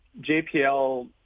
JPL